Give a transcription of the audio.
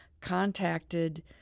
contacted